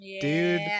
dude